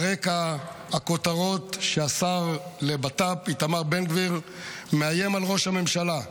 ברקע הכותרות שהשר לבט"פ איתמר בן גביר מאיים על ראש הממשלה: